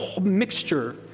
mixture